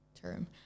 term